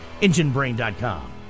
enginebrain.com